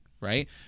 right